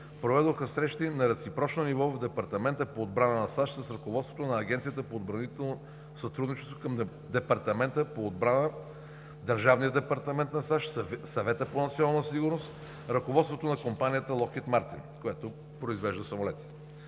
проведоха срещи на реципрочно ниво в Департамента по отбрана на САЩ с ръководството на Агенцията по отбранително сътрудничество към Департамента по отбрана, Държавния департамент на САЩ, Съвета по национална сигурност, ръководството на компанията „Локхийд Мартин“, която произвежда самолети.